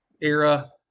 era